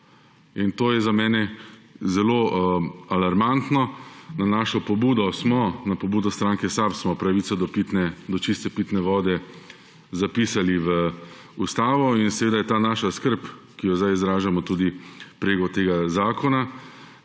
To je za mene zelo alarmantno. Na našo pobudo, na pobudo stranke SAB, smo pravico do čiste pitne vode zapisali v ustavo. Seveda je ta naša skrb, ki jo sedaj izražamo preko tega zakona,